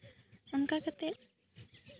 ᱚᱱᱠᱟ ᱠᱟᱛᱮᱜ